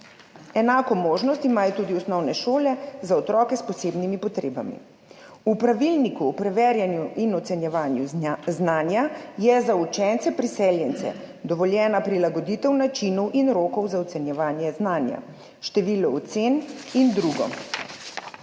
Enako možnost imajo tudi osnovne šole za otroke s posebnimi potrebami. V pravilniku o preverjanju in ocenjevanju znanja je za učence priseljence dovoljena prilagoditev načinu in rokov za ocenjevanje znanja, število ocen in drugo.